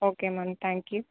okay ma'am thank you